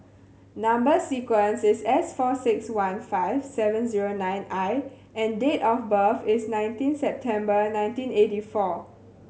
number sequence is S four six one five seven zero nine I and date of birth is nineteen September nineteen eighty four